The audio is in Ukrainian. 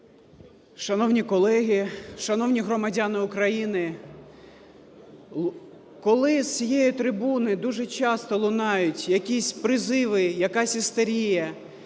Шановні колеги, шановні громадяни України, коли з цієї трибуни дуже часто лунають якісь призиви, якась істерія,